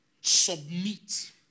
submit